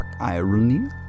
irony